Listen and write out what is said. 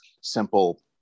simple